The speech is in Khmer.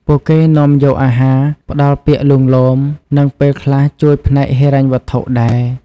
ពួកគេនាំយកអាហារ ផ្តល់ពាក្យលួងលោម និងពេលខ្លះជួយផ្នែកហិរញ្ញវត្ថុដែរ។